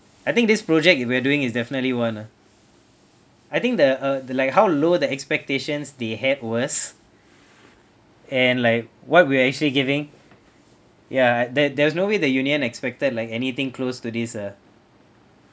I think this project we are doing is definitely one ah I think the uh the like how low the expectations they had was and like what we are actually giving ya there there is no way the union expected like anything close to this ah